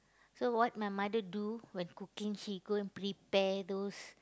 so what my mother do when cooking she go and prepare those